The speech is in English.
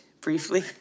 briefly